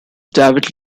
david